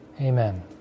Amen